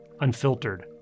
unfiltered